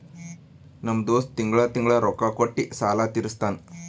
ನಮ್ ದೋಸ್ತ ತಿಂಗಳಾ ತಿಂಗಳಾ ರೊಕ್ಕಾ ಕೊಟ್ಟಿ ಸಾಲ ತೀರಸ್ತಾನ್